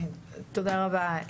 תודה רבה,